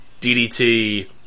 DDT